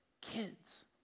kids